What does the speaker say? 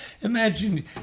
Imagine